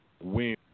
win